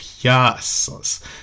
yes